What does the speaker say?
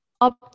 up